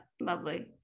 lovely